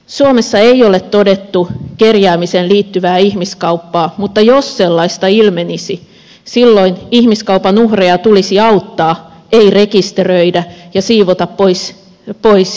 suomessa ei ole todettu kerjäämiseen liittyvää ihmiskauppaa mutta jos sellaista ilmenisi silloin ihmiskaupan uhreja tulisi auttaa ei rekisteröidä ja siivota pois silmistä